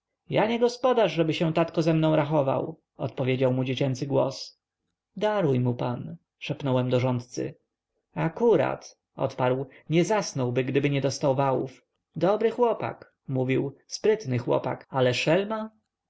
ja nie gospodarz żeby się tatko ze mną rachował odpowiedział mu dziecięcy głos daruj mu pan szepnąłem do rządcy akurat odparł nie zasnąłby gdyby nie dostał wałów dobry chłopak mówił sprytny chłopak ale